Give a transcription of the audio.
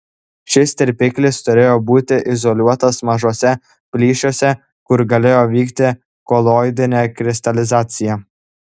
šis tirpiklis turėjo būti izoliuotas mažuose plyšiuose kur galėjo vykti koloidinė kristalizacija